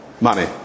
money